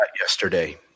yesterday